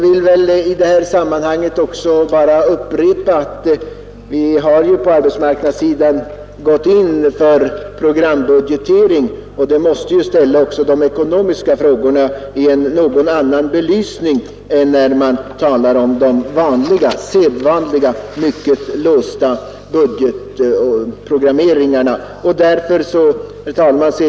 I det sammanhanget vill jag också upprepa att vi ju på AMS har fått programbudgetering, och det måste också ställa de ekonomiska frågorna i en något annan belysning än när man talar om de sedvanliga mycket låsta budgetprogrammeringarna. Herr talman!